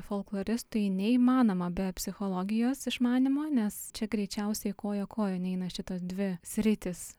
folkloristui neįmanoma be psichologijos išmanymo nes čia greičiausiai koja kojon eina šitos dvi sritys